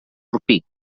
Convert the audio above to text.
orpí